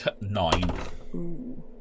Nine